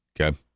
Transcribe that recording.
Okay